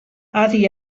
adi